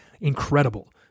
Incredible